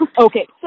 Okay